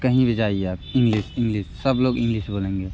कहीं भी जाइए आप इंग्लिश इंग्लिश सब लोग इंग्लिश बोलेंगे